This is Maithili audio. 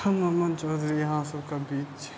हम अमन चौधरी अहाँ सभके बीच